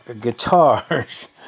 guitars